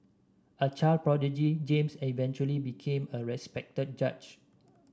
a child prodigy James eventually became a respected judge